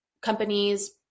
companies